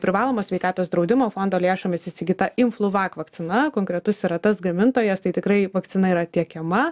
privalomo sveikatos draudimo fondo lėšomis įsigyta imfluvak vakcina konkretus yra tas gamintojas tai tikrai vakcina yra tiekiama